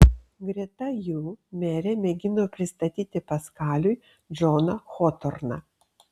greta jų merė mėgino pristatyti paskaliui džoną hotorną